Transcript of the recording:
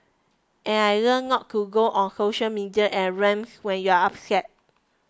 and I've learnt not to go on social media and rant when you're upset